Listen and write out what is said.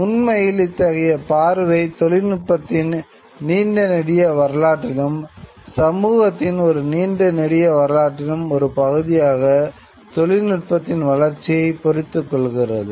உண்மையில் இத்தகையப் பார்வை தொழில்நுட்பத்தின் நீண்ட நெடிய வரலாற்றிலும் சமூகத்தின் ஒரு நீண்ட நெடிய வரலாற்றிலும் ஒரு பகுதியாக தொழில்நுட்பத்தின் வளர்ச்சியை பொருந்திக் கொள்கிறது